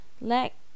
let